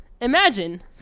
imagine